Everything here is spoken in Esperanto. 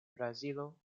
brazilo